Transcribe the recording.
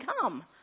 come